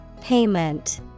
Payment